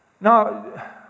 Now